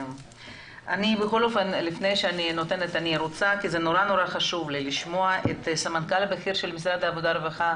אני רוצה לשמוע את הסמנכ"ל הבכיר של משרד הרווחה